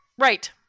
Right